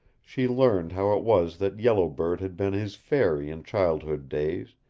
she learned how it was that yellow bird had been his fairy in childhood days,